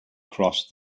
crossed